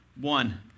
One